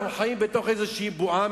אנחנו חיים בתוך איזו בועה,